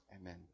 Amen